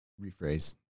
rephrase